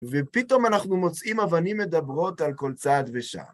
ופתאום אנחנו מוצאים אבנים מדברות על כל צד ושם.